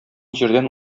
җирдән